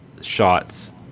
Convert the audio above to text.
shots